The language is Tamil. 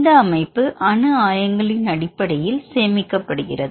இந்த அமைப்பு அணு ஆயங்களின் அடிப்படையில் சேமிக்கப்படுகிறது